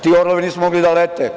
Ti orlovi nisu mogli da lete.